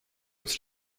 uns